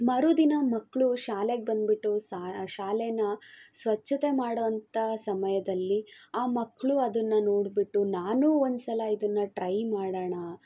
ಮರುದಿನ ಮಕ್ಕಳು ಶಾಲೆಗೆ ಬಂದುಬಿಟ್ಟು ಸಾ ಶಾಲೆಯ ಸ್ವಚ್ಛತೆ ಮಾಡುವಂತಹ ಸಮಯದಲ್ಲಿ ಆ ಮಕ್ಕಳು ಅದನ್ನು ನೋಡಿಬಿಟ್ಟು ನಾನೂ ಒಂದು ಸಲ ಇದನ್ನು ಟ್ರೈ ಮಾಡೋಣ